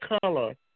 color